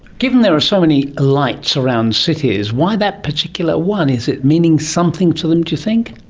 given there are so many lights around cities, why that particular one? is it meaning something to them, do you think?